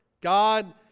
God